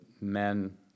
men